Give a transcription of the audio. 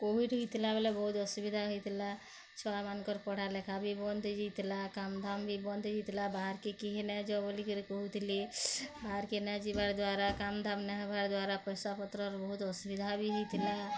Covid ହେଇଥିଲା ବେଲେ ବହୁତ ଅସୁବିଧା ହେଇଥିଲା ଛୁଆମାନଙ୍କର ପଢ଼ା ଲେଖା ବି ବନ୍ଦ ହେଇଯାଇଥିଲା କାମ୍ ଧାମ୍ ବି ବନ୍ଦ ହେଇଯାଇଥିଲା ବାହାରକେ କେହି ନଯାଅ ବୋଲି କହୁଥିଲେ ବାହାରକେ ନାଇଁ ଯିବାଦ୍ୱାରା କାମ୍ ଧାମ୍ ନାଇଁ ହେବା ଦ୍ଵାରା ପଇସାପତ୍ରର ବହୁତ ଅସୁବିଧା ବି ହେଇଥିଲା